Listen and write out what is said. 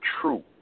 true